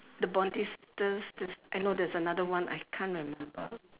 the bondi sisters there's I know there's another one I can't remember